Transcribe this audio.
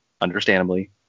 understandably